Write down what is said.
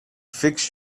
fix